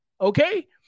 Okay